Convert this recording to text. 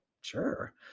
sure